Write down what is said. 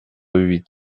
huit